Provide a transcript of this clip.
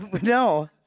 No